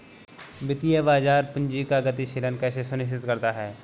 वित्तीय बाजार पूंजी का गतिशीलन कैसे सुनिश्चित करता है?